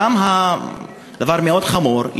שם הדבר מאוד חמור,